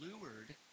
lured